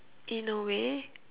in a way